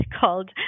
called